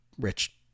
rich